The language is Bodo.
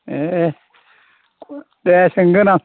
ए दे सोंगोन आं